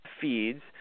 feeds